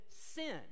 sin